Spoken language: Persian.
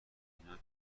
اینا